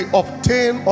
obtain